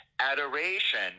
Adoration